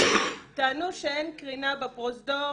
טענו שאין קרינה בפרוזדור.